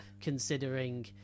considering